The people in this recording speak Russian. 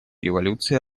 революции